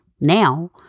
now